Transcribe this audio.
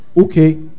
okay